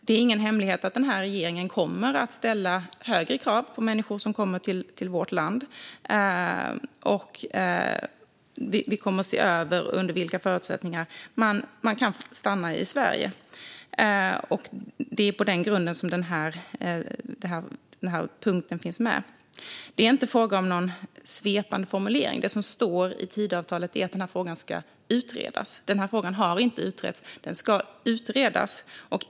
Det är ingen hemlighet att regeringen kommer att ställa högre krav på människor som kommer till vårt land, och vi kommer att se över under vilka förutsättningar man kan få stanna i Sverige. Det är på den grunden som denna punkt finns med. Det är inte fråga om en svepande formulering. Det som står i Tidöavtalet är att denna fråga ska utredas. Frågan har inte utretts utan ska utredas.